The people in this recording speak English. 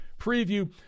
preview